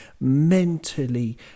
mentally